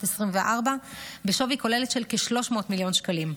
2024 בשווי כולל של כ-300 מיליון שקלים.